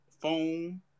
phone